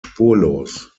spurlos